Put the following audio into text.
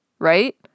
right